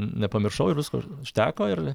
nepamiršau ir visko užteko ir